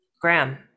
graham